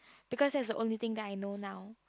because that is the only thing that I know now